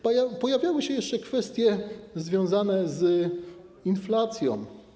Pojawiały się jeszcze kwestie związane z inflacją.